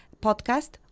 podcast